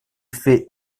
fait